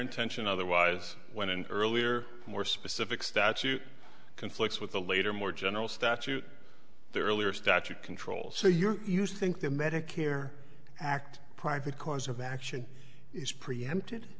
intention otherwise when an earlier more specific statute conflicts with a later more general statute the earlier statute control so you're used to think the medicare act private cause of action is preempted